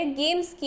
games